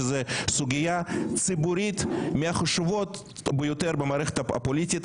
שזו סוגיה ציבורית מהחשובות ביותר במערכת הפוליטית,